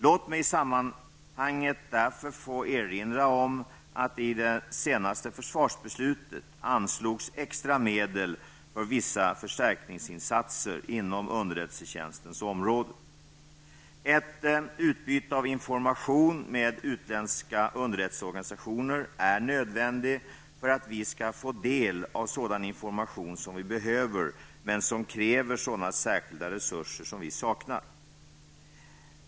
Låt mig i sammanhanget därför få erinra om att det i det senaste försvarsbeslutet anslogs extra medel för vissa förstärkningsinsatser inom underrättelsetjänstens område. Ett utbyte av information med utländska underrättelseorganisationer är nödvändigt för att vi skall få del av sådan information som vi behöver men som kräver sådana särskilda resurser som vi saknar.